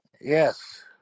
Yes